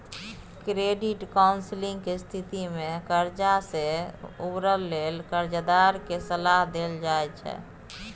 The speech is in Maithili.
क्रेडिट काउंसलिंग के स्थिति में कर्जा से उबरय लेल कर्जदार के सलाह देल जाइ छइ